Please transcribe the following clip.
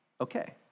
Okay